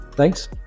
Thanks